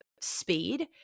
speed